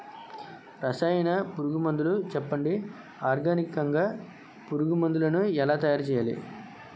రసాయన పురుగు మందులు చెప్పండి? ఆర్గనికంగ పురుగు మందులను ఎలా తయారు చేయాలి?